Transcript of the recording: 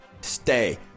stay